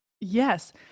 Yes